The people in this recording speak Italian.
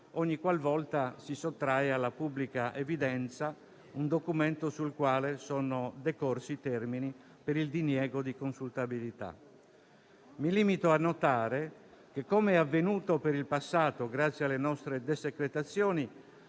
ogni qualvolta si sottrae alla pubblica evidenza un documento sul quale sono decorsi i termini per il diniego di consultabilità. Mi limito a notare che, come avvenuto per il passato grazie alle nostre desecretazioni,